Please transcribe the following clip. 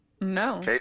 No